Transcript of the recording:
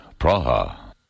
Praha